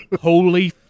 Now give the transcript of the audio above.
Holy